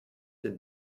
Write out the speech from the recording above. den